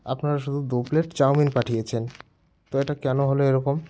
আপনারা শুধু দু প্লেট চাউমিন পাঠিয়েছেন তো এটা কেন হলো এরকম